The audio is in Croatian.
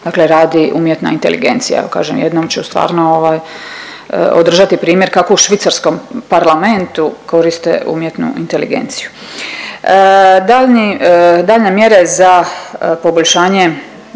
dakle radi umjetna inteligencija. Evo kažem jednom ću stvarno, ovaj održati primjer kako u švicarskom parlamentu koriste umjetnu inteligenciju. Daljnji, daljnje mjere za poboljšanje